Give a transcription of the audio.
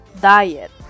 diet